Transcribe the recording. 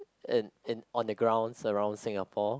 in in on the ground surround Singapore